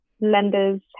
lenders